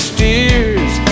Steers